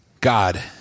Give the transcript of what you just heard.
God